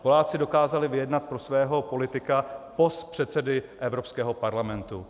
Poláci dokázali vyjednat pro svého politika post předsedy Evropského parlamentu.